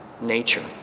nature